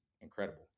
incredible